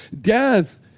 death